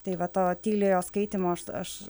tai va to tyliojo skaitymo aš aš